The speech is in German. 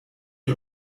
ihr